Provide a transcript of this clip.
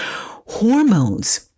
Hormones